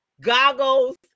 goggles